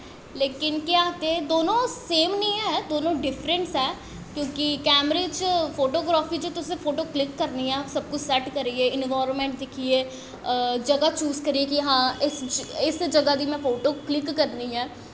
लेकिन केह् आखदे दोनों सेम नी ऐं दोनो डिफ्रैंट ऐं क्योंकि कैमरे च फोटोग्राफी च तुसें फोटो क्लिक करनी ऐं सब कुश सैट्ट करियै इन्वाईरनमैंट दिक्खियै जगा चूज करियै कि हैां इस जगा दी फोटो में क्लिक करनी ऐं